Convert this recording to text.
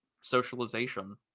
socialization